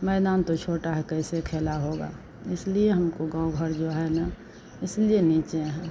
मैदान तो छोटा है कैसे खेला होगा इसलिए हमको गाँव भर जो है ना इसलिए नहीं चाहा